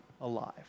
alive